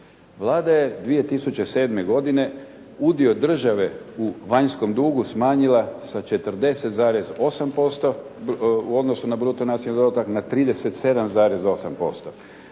Vlada je 2007. godine udio države u vanjskom dugu smanjila sa 40,8%, u odnosu na bruto nacionalni dohodak na 37,8%.